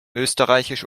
österreichisch